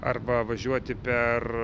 arba važiuoti per